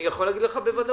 אני יכול להגיד לך בוודאות,